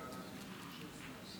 מתחייב לשמור אמונים למדינת